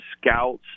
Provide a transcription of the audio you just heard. scouts